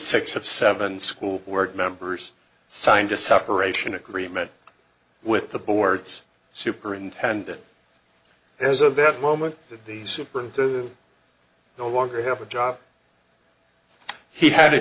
six of seven school board members signed a separation agreement with the board's superintendent as of that moment that the superdome to no longer have a job he had a